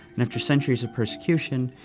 and after centuries of persecution,